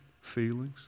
feelings